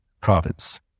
province